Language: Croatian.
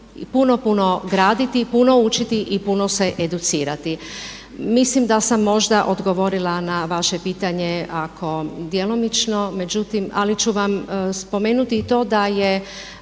puno, puno graditi, puno učiti i puno se educirati. Mislim da sam možda odgovorila na vaše pitanje ako djelomično, međutim, ali ću vam spomenuti i to da je